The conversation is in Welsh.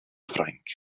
ffrainc